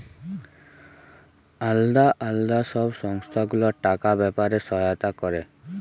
আলদা আলদা সব সংস্থা গুলা টাকার ব্যাপারে সহায়তা ক্যরে